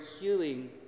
healing